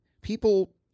People